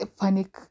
panic